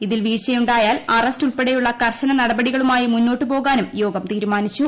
ഇതിൽ വീഴ്ച്ചയുണ്ടായാൽ അറസ്റ്റ് ഉൾപ്പടെയുള്ള കർശന നടപടികളുമായി മുന്നോട്ടുപോകാനും യോഗം തീരുമാനിച്ചു